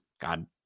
God